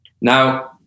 Now